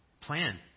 Plan